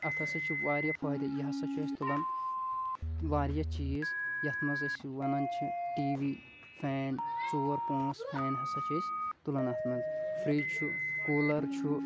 اَتھ ہسا چھِ واریاہ فٲہدٕ یہِ ہسا چھُ اَسہِ تُلان واریاہ چیٖز یَتھ منٛز أسۍ وَنان چھِ ٹی وی فین ژور پانٛژھ فین ہسا چھِ أسۍ تُلان اَتھ منٛز فِرٛج چھُ کوٗلَر چھُ